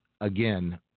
again